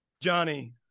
Johnny